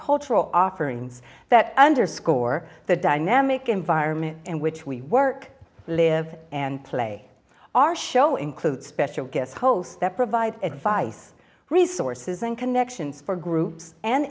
cultural offerings that underscore the dynamic environment in which we work live and play our show include special guest hosts that provide advice resources and connections for groups and